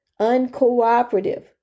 uncooperative